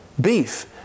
Beef